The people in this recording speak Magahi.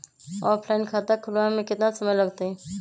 ऑफलाइन खाता खुलबाबे में केतना समय लगतई?